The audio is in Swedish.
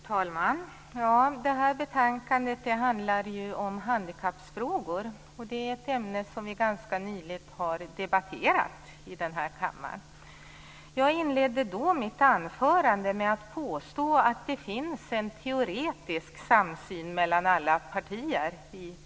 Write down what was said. Herr talman! Det här betänkandet handlar om handikappfrågor, och det är ett ämne som vi ganska nyligen har debatterat i denna kammare. Jag inledde då mitt anförande med att påstå att det finns en teoretisk samsyn mellan alla partier.